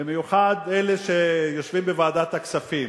במיוחד אלה שיושבים בוועדת הכספים